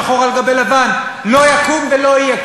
שחור על-גבי לבן: לא יקום ולא יהיה.